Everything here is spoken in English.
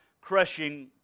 crushing